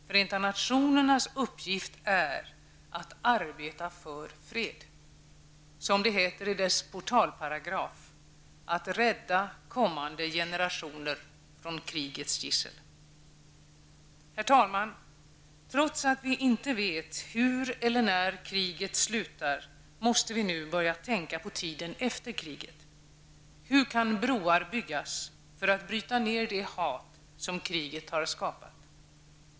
Förenta nationernas uppgift är att arbeta för fred. Som det heter i dess portalparagraf: ''att rädda kommande generationer från krigets gissel.'' Herr talman! Trots att vi inte vet hur eller när kriget slutar måste vi nu börja tänka på tiden efter kriget. -- Hur kan broar byggas för att bryta ner det hat som kriget har skapat?